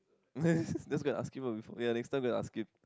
just go and ask him ah ya next time go and ask him